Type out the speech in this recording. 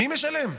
מי משלם?